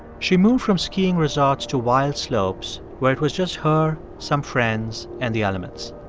she moved from skiing resorts to wild slopes where it was just her, some friends and the elements.